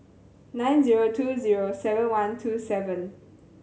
nine zero two zero seven one two seven